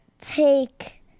take